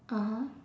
(uh huh)